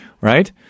right